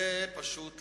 זה פשוט לעג,